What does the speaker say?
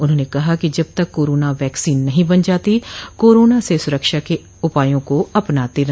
उन्होंने कहा कि जब तक कोरोना वैक्सीन नहीं बन जाती कोरोना से सुरक्षा के उपायों को अपनाते रहे